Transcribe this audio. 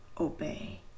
obey